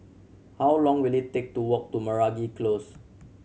how long will it take to walk to Meragi Close